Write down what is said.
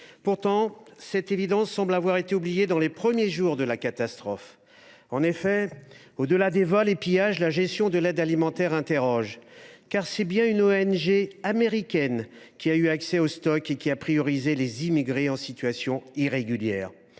Pourtant, cette évidence semble avoir été oubliée dans les premiers jours de la catastrophe. En effet, au delà des vols et des pillages, la gestion de l’aide alimentaire suscite des interrogations : c’est bien une ONG américaine qui a eu accès aux stocks et qui a priorisé les immigrés en situation irrégulière.